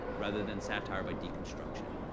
rather than satire by deconstruction,